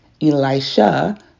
Elisha